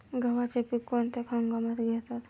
गव्हाचे पीक कोणत्या हंगामात घेतात?